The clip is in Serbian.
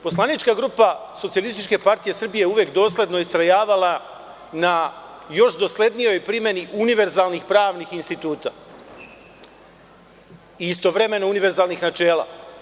Poslanička grupa SPS je uvek dosledno istrajavala na još doslednijoj primeni univerzalnih pravnih instituta i istovremeno univerzalnih načela.